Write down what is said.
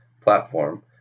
platform